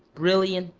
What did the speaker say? brilliant,